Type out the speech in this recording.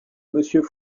monsieur